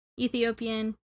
Ethiopian